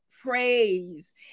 praise